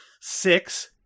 Six